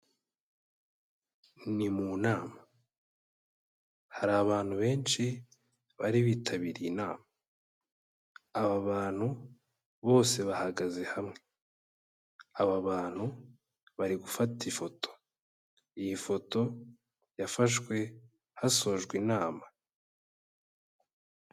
Ni mu nama, hari abantu benshi bari bitabiriye inama, aba bantu bose bahagaze hamwe, aba bantu bari gufata ifoto, iyi foto yafashwe hasojwe inama.